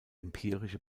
empirische